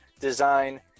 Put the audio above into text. design